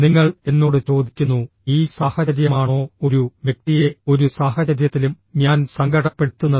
നിങ്ങൾ എന്നോട് ചോദിക്കുന്നു ഈ സാഹചര്യമാണോ ഒരു വ്യക്തിയെ ഒരു സാഹചര്യത്തിലും ഞാൻ സങ്കടപ്പെടുത്തുന്നത്